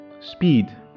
Speed